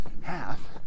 half